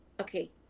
okay